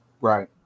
Right